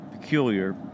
peculiar